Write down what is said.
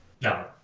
No